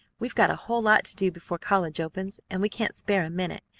we've got a whole lot to do before college opens, and we can't spare a minute.